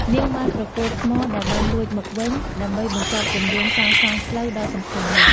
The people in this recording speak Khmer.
នាងបានប្រគល់ថ្មដែលបានលួចមកវិញ ដើម្បីបញ្ចប់គម្រោងសាងសង់ផ្លូវដ៏សំខាន់នោះ។